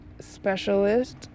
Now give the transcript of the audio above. specialist